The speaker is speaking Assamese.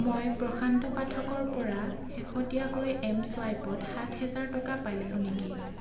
মই প্ৰশান্ত পাঠকৰ পৰা শেহতীয়াকৈ এম চুৱাইপত সাত হেজাৰ টকা পাইছো নেকি